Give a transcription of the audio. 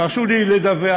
תרשו לי לדווח,